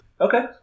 Okay